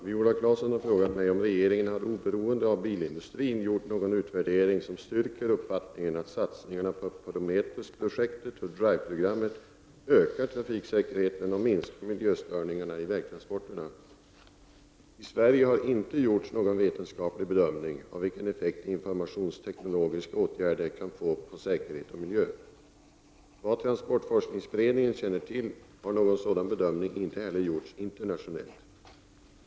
Viola Claesson har frågat mig om regeringen har oberoende av bilindustrin gjort någon utvärdering som styrker uppfattningen att satsningarna på Prometheus-projektet och Drive-programmet ökar trafiksäkerheten och minskar miljöstörningar i vägtransporterna. I Sverige har inte gjorts någon vetenskaplig bedömning av vilken effekt informationsteknologiska åtgärder kan få på säkerhet och miljö. Såvitt transportforskningsberedningen känner till har någon sådan bedömning inte heller gjorts internationellt.